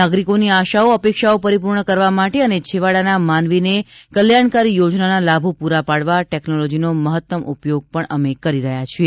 નાગરિકોની આશાઓ અપેક્ષાઓ પરિપૂર્ણ કરવા માટે અને છેવાડાના માનવીને કલ્યાણકારી યોજનાના લાભો પ્રરા પાડવા ટેકનોલોજીનો મહત્તમ ઉપયોગ પણ અમે કરી રહ્યા છીએ